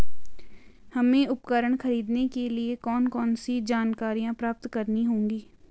हमें उपकरण खरीदने के लिए कौन कौन सी जानकारियां प्राप्त करनी होगी?